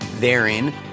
therein